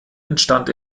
entstand